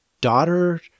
daughter